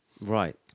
Right